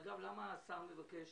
למה השר מבקש